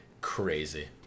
crazy